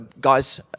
guys